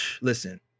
listen